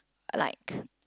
like